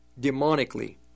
demonically